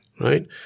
right